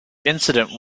incident